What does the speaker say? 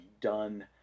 done